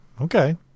Okay